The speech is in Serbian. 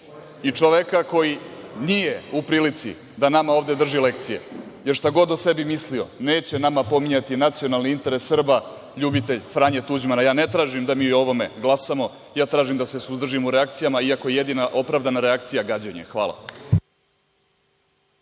i čoveka koji nije u prilici da nama ovde drži lekcije, jer šta god o sebi mislio, neće nama pominjati nacionalni interes Srba ljubitelj Franje Tuđmana. Ja ne tražim da mi o ovome glasamo, ja tražim da se suzdržim u reakcijama, iako jedina opravdana reakcija je gađenje. Hvala.